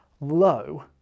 low